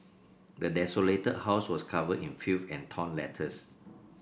the desolated house was covered in filth and torn letters